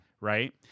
Right